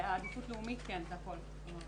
עדיפות לאומית, כן, זה הכול.